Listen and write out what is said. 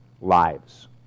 lives